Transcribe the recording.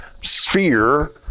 sphere